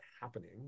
happening